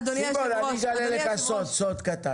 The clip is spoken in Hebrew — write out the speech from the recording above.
אני אגלה לך סוד קטן.